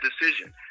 decision